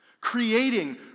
creating